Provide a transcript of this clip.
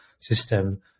system